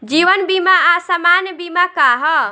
जीवन बीमा आ सामान्य बीमा का ह?